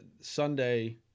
Sunday